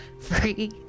free